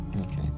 Okay